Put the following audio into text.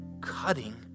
cutting